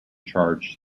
charge